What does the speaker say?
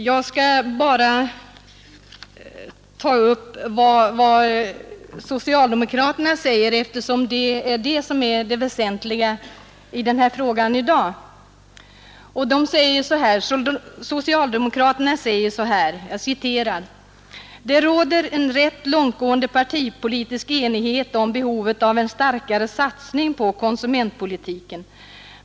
Jag skall bara återge vad som gäller socialdemokraterna eftersom det är det väsentliga i denna fråga i dag. De säger enligt brevkursen så här: ”Det råder en rätt långtgående partipolitisk enighet om behovet av en starkare satsning på konsumentpolitiken.